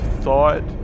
thought